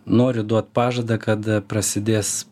noriu duot pažadą kad prasidės pokyčiai